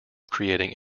creating